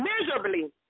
miserably